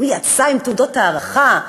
הוא יצא עם תעודות הערכה,